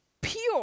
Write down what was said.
pure